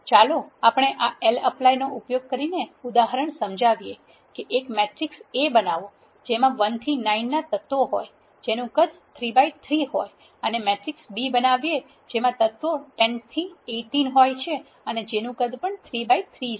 ચાલો આપણે આ lapply ઉપયોગ કરીને ઉદાહરણ સમજાવીએ કે એક મેટ્રિક્સ A બનાવો જેમાં 1 થી 9 ના તત્વો હોય છે જેનું કદ 3 by 3 હોય અને મેટ્રિક્સ B બનાવીએ જેમાં તત્વો 10 થી 18 હોય છે અને જેનું કદ 3 by 3 છે